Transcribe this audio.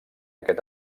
aquest